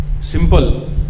simple